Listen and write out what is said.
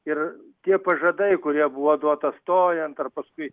ir tie pažadai kurie buvo duota stojant ar paskui